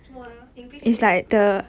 什么来的 english english